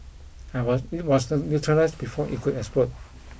I was it was neutralised before it could explode